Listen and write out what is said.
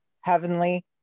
heavenly